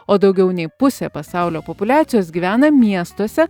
o daugiau nei pusė pasaulio populiacijos gyvena miestuose